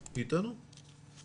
איתנו?